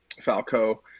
Falco